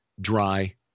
dry